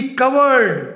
covered